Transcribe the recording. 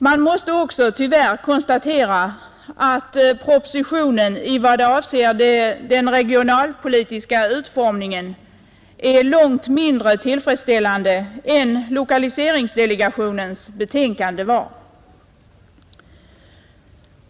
Man måste också tyvärr konstatera att propositionen i vad avser den regionalpolitiska utformningen är långt mindre tillfredsställande än lokaliseringsdelegationens betänkande var.